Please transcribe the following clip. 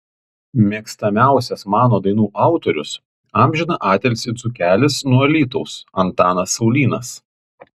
mėgstamiausias mano dainų autorius amžiną atilsį dzūkelis nuo alytaus antanas saulynas